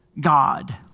God